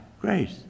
grace